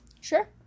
Sure